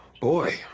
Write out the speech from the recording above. Boy